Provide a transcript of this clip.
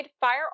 fire